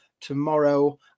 tomorrow